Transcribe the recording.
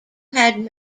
had